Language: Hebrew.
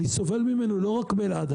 אני סובל ממנו לא רק באלעד.